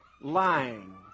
lying